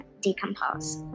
decompose